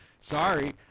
Sorry